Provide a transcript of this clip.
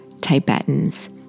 Tibetans